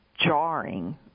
jarring